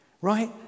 Right